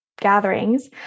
gatherings